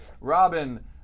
Robin